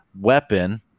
weapon